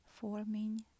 Forming